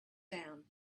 down